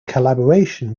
collaboration